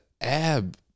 ab